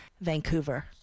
Vancouver